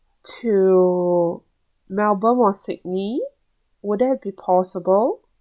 to melbourne or sydney would that be possible